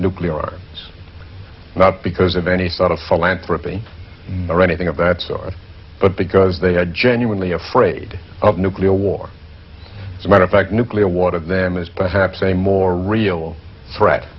nuclear it's not because of any thought of philanthropies or anything of that sort but because they are genuinely afraid of nuclear war it's a matter of fact nuclear water of them is perhaps a more real threat